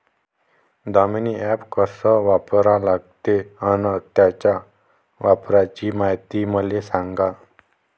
Damini app कस वापरा लागते? अन त्याच्या वापराची मायती मले सांगा